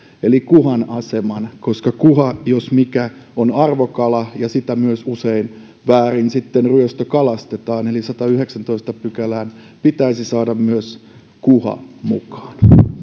eli kuhan aseman koska kuha jos mikä on arvokala ja sitä myös usein väärin sitten ryöstökalastetaan eli sadanteenyhdeksänteentoista pykälään pitäisi saada myös kuha mukaan